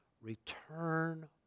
Return